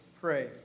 pray